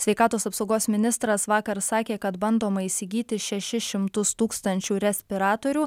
sveikatos apsaugos ministras vakar sakė kad bandoma įsigyti šešis šimtus tūkstančių respiratorių